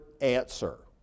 answer